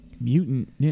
Mutant